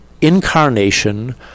incarnation